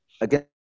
Again